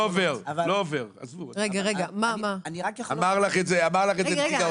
לא עובר, אמר לך את זה נציג האוצר.